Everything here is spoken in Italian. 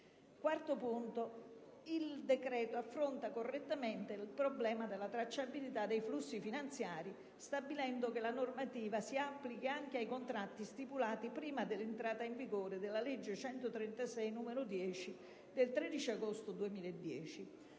quarto luogo, il decreto affronta correttamente il problema della tracciabilità dei flussi finanziari, stabilendo che la normativa si applichi anche ai contratti stipulati prima dell'entrata in vigore della legge n. 136 del 13 agosto 2010.